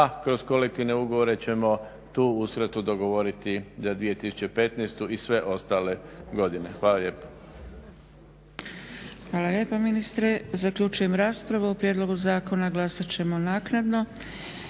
a kroz kolektivne ugovore ćemo tu uskratu dogovoriti za 2015.i sve ostale godine. Hvala lijepa. **Zgrebec, Dragica (SDP)** Hvala lijepo ministre. Zaključujem raspravu. O prijedlogu zakona glasat ćemo naknadno.